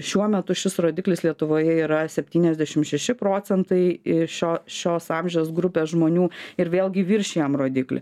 šiuo metu šis rodiklis lietuvoje yra septyniasdešim šeši procentai ir šio šios amžiaus grupės žmonių ir vėlgi viršijam rodiklį